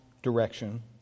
direction